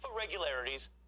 irregularities